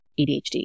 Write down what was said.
ADHD